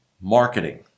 marketing